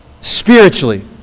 Spiritually